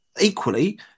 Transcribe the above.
equally